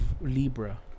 Libra